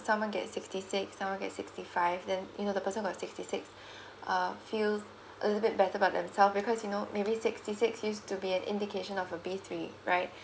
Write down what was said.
someone get sixty six someone get sixty five then you know the person got sixty six uh feel a little better about themself because you know maybe sixty six used to be at indication of a B_3 right